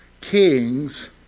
kings